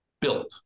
built